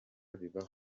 bibaho